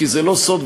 כי זה לא סוד,